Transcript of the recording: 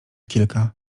kilka